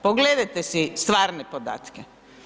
Pogledajte si stvarne podatke.